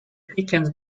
chickens